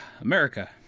America